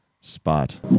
spot